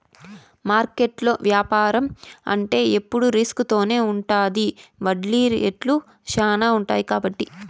మార్కెట్లో యాపారం అంటే ఎప్పుడు రిస్క్ తోనే ఉంటది వడ్డీ రేట్లు శ్యానా ఉంటాయి కాబట్టి